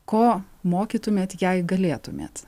ko mokytumėt jei galėtumėt